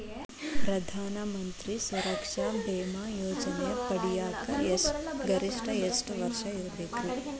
ಪ್ರಧಾನ ಮಂತ್ರಿ ಸುರಕ್ಷಾ ಭೇಮಾ ಯೋಜನೆ ಪಡಿಯಾಕ್ ಗರಿಷ್ಠ ಎಷ್ಟ ವರ್ಷ ಇರ್ಬೇಕ್ರಿ?